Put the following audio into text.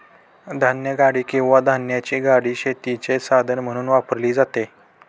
धान्यगाडी किंवा धान्याची गाडी शेतीचे साधन म्हणून वापरली जाते